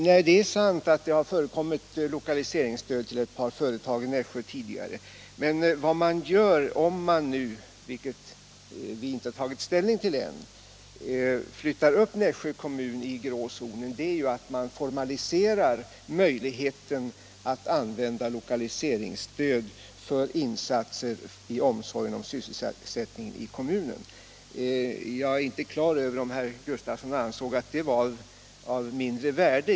Nej, det är sant att det har förekommit lokaliseringsstöd till ett par företag i Nässjö tidigare. Men vad man gör om man nu — vilket vi inte tagit ställning till än — flyttar upp Nässjö i den grå zonen är att man formaliserar möjligheten att använda lokaliseringsstöd för insatser i omsorgen om sysselsättningen i kommunen. Jag är inte klar över om herr Gustavsson ansåg detta vara av mindre värde.